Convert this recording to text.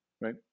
right